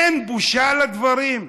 אין בושה לדברים?